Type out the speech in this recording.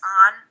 on